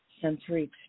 sensory